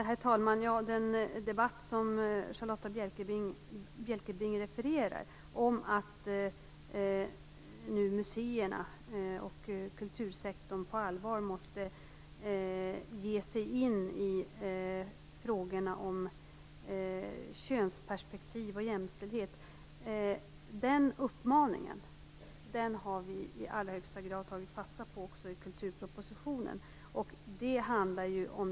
Herr talman! Charlotta Bjälkebring refererar den debatt som har varit. Men uppmaningen att museerna och kultursektorn på allvar måste ge sig in i frågorna om könsperspektiv och jämställdhet har vi i allra högsta grad tagit fasta på också i kulturpropositionen.